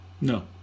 No